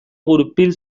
gurpil